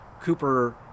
cooper